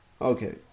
Okay